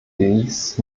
dies